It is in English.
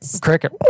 Cricket